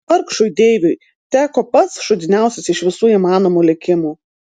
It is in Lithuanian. vargšui deiviui teko pats šūdiniausias iš visų įmanomų likimų